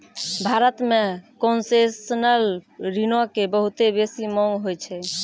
भारत मे कोन्सेसनल ऋणो के बहुते बेसी मांग होय छै